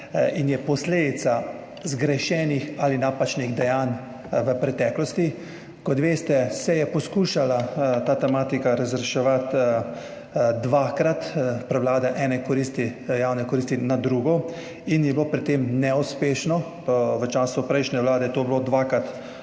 kar je] posledica zgrešenih ali napačnih dejanj v preteklosti. Kot veste, se je poskušala ta tematika razreševati dvakrat, prevlada ene javne koristi nad drugo, in so bili pri tem neuspešni. V času prejšnje vlade je bilo to dvakrat